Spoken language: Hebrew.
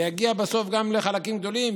זה יגיע בסוף גם לחלקים גדולים,